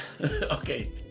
Okay